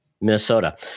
Minnesota